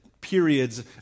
periods